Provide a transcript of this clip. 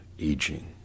aging